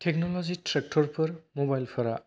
technology ट्रेक्टरफोर मबाइलफोरा